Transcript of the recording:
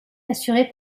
assurée